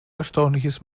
erstaunliches